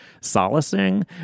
solacing